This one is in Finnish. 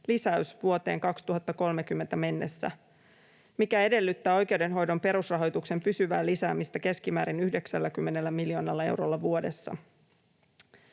lisäys vuoteen 2030 mennessä, mikä edellyttää oikeudenhoidon perusrahoituksen pysyvää lisäämistä keskimäärin 90 miljoonalla eurolla vuodessa.